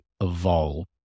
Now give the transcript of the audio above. evolve